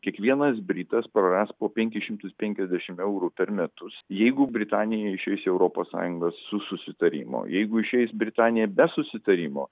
kiekvienas britas praras po penkis šimtus penkiasdešim eurų per metus jeigu britanija išeis į europos sąjungos su susitarimu jeigu išeis britanija be susitarimo